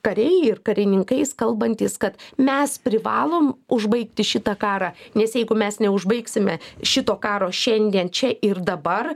kariai ir karininkais kalbantys kad mes privalom užbaigti šitą karą nes jeigu mes neužbaigsime šito karo šiandien čia ir dabar